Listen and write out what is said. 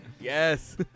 Yes